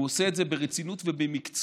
הוא עושה את זה ברצינות ובמקצועיות,